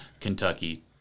Kentucky